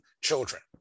children